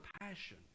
passion